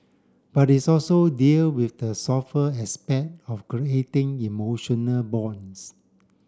but its also deal with the softer aspect of creating emotional bonds